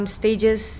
stages